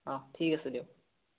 অঁ ঠিক আছে দিয়ক